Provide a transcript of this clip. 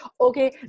okay